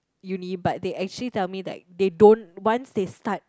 uni but they actually tell me that they don't once they start